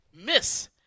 Miss